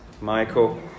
Michael